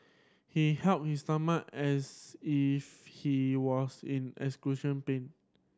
he held his stomach as if he was in pain